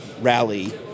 Rally